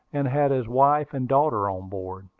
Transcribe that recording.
and had his wife and daughter on board.